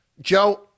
Joe